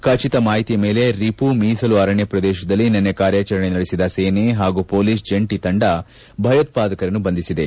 ಖಚಿತ ಮಾಹಿತಿಯ ಮೇಲೆ ರಿಪು ಮೀಸಲು ಅರಣ್ಣ ಪ್ರದೇಶದಲ್ಲಿ ನಿನ್ನೆ ಕಾರ್ಯಾಚರಣೆ ನಡೆಸಿದ ಸೇನೆ ಹಾಗೂ ಪೊಲೀಸ್ ಜಂಟಿ ತಂಡ ಭಯೋತ್ಪಾದಕರನ್ನು ಬಂಧಿಸಿದೆ